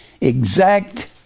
exact